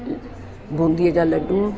बूंदी जा लड्डू